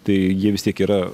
tai jie vis tiek yra